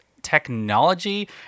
Technology